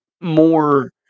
more